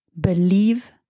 believe